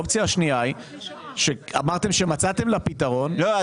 האופציה השנייה שאמרתם שמצאתם לה פתרון --- לא,